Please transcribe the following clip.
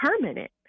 permanent